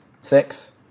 six